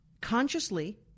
consciously